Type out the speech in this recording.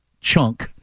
chunk